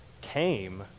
came